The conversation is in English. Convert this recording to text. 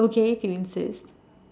okay if you insist